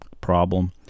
problem